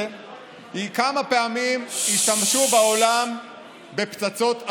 היא כמה פעמים השתמשו בעולם בפצצות אטום.